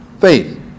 faith